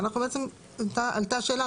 הייתה שאלה,